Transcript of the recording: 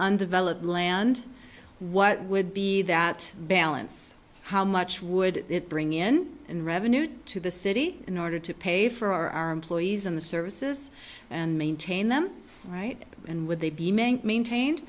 undeveloped land what would be that balance how much would it bring in and revenue to the city in order to pay for our employees and the services and maintain them right and would they be manc maintain